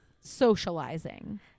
socializing